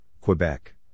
Quebec